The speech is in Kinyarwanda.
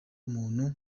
umuntu